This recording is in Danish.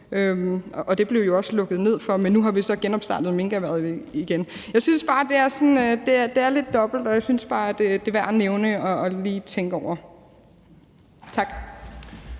og der blev jo også lukket ned for det. Men nu har man så genopstartet minkerhvervet. Jeg synes bare, det er sådan lidt dobbelt, og at det også er værd at nævne og lige tænke over. Tak.